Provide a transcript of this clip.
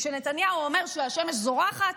כשנתניהו אומר שהשמש זורחת,